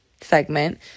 segment